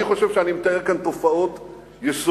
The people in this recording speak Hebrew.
אני חושב שאני מתאר כאן תופעות יסודיות,